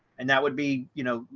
and that would be you know,